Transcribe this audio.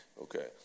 Okay